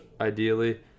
ideally